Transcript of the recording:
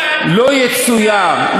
לו יצויר,